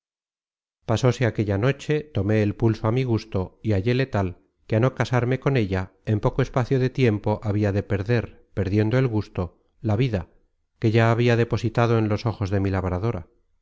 mesonero pasóse aquella noche tomé el pulso á mi gusto y halléle tal que á no casarme con ella en poco espacio de tiempo habia de perder perdiendo el gusto la vida que ya habia depositado en los ojos de mi labradora